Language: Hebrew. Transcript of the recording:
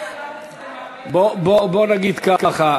בואו נגיד ככה,